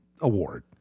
award